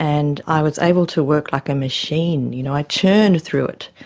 and i was able to work like a machine, you know, i churned through it.